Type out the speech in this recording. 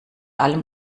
allem